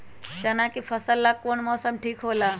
चाना के फसल ला कौन मौसम ठीक होला?